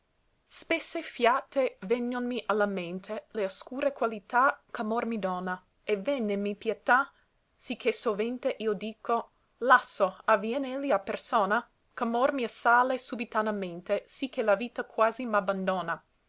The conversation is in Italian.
spesse fiate vègnonmi a la mente le oscure qualità ch'amor mi dona e vènnemi pietà sì che sovente io dico lasso avvien elli a persona ch'amor m'assale subitanamente sì che la vita quasi m'abbandona